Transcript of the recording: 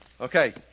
Okay